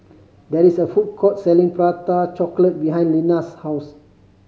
there is a food court selling Prata Chocolate behind Lina's house